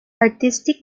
artistic